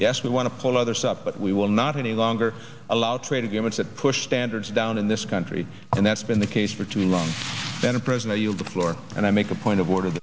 yes we want to pull others up but we will not any longer allow trade agreements that push standards down in this country and that's been the case for too long then a prisoner yield the floor and i make a point of